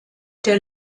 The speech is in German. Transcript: der